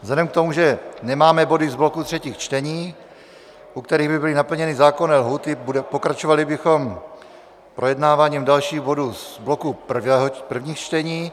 Vzhledem k tomu, že nemáme body z bloku třetích čtení, u kterých by byly naplněny zákonné lhůty, pokračovali bychom projednáváním dalších bodů z bloku prvních čtení.